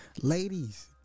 ladies